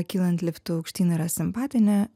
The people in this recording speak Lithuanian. kylant liftu aukštyn yra simpatinė